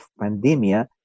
pandemia